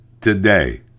today